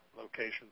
locations